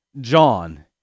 John